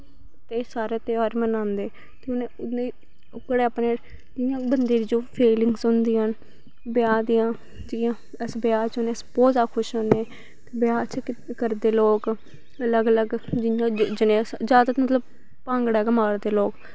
एह् सारे ध्यार मनांदे ते हून मतलव कि ओह्ड़े अपने इयां बंदे च जो फीलिंगस होंदियां न ब्याह् च जियां बहुत अस खुश होन्ने ब्याह् च करदे लोक लग लग जियां जनेहा जादा मतलव भांगड़ा गै मारदे लोक